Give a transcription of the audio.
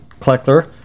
Kleckler